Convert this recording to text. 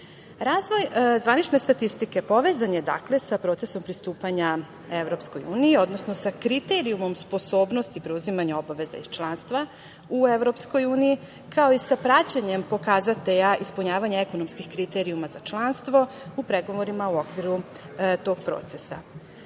EU.Razvoj zvanične statistike povezan je sa procesom pristupanja EU, odnosno sa kriterijumom sposobnosti preuzimanja obaveza iz članstva u EU, kao i sa praćenjem pokazatelja ispunjavanja ekonomskih kriterijuma za članstvo u pregovorima u okviru tog procesa. Pored